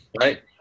Right